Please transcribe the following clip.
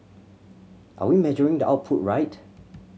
are we measuring the output right